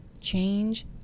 change